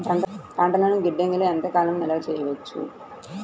పంటలను గిడ్డంగిలలో ఎంత కాలం నిలవ చెయ్యవచ్చు?